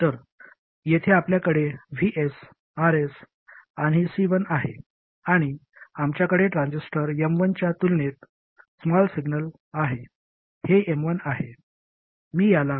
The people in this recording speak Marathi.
तर येथे आपल्याकडे Vs Rs आणि C1 आहे आणि आमच्याकडे ट्रान्झिस्टर M1 च्या तुलनेत स्मॉल सिग्नल आहे हे M1 आहे